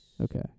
Okay